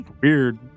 weird